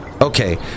Okay